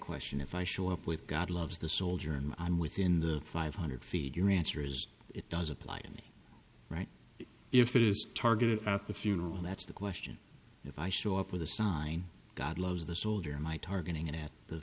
question if i show up with god loves the soldier and i'm within the five hundred feet your answer is it does apply to me right if it is targeted at the funeral and that's the question if i show up with a sign god loves the soldier and i targeting him at the